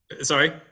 sorry